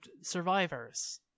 survivors